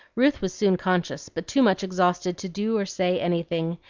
ruth was soon conscious, but too much exhausted to do or say anything,